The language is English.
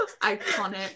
Iconic